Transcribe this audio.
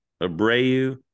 Abreu